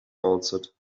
answered